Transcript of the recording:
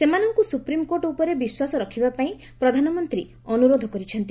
ସେମାନଙ୍କୁ ସୁପ୍ରିମ୍କୋର୍ଟ ଉପରେ ବିଶ୍ୱାସ ରଖିବା ପାଇଁ ପ୍ରଧାନମନ୍ତ୍ରୀ ଅନୁରୋଧ କରିଛନ୍ତି